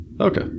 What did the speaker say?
Okay